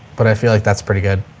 but i feel like that's pretty good.